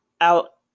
out